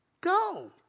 Go